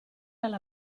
alla